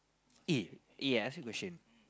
eh eh I ask you question